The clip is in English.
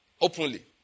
openly